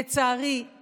לצערי,